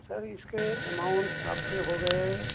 سر اس کے اماؤنٹ آپ کے ہو گئے